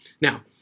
Now